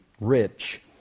rich